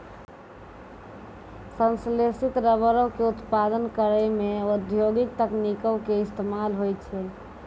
संश्लेषित रबरो के उत्पादन करै मे औद्योगिक तकनीको के इस्तेमाल होय छै